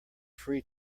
free